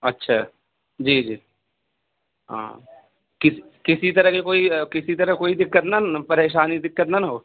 اچھا جی جی ہاں کس کسی طرح کی کوئی کسی طرح کوئی دقت نہ نہ پریشانی دقت نہ نہ ہو